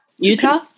Utah